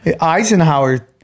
Eisenhower